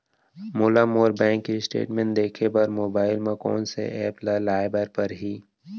मोला मोर bank statement देखे बर मोबाइल मा कोन सा एप ला लाए बर परही?